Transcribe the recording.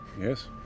Yes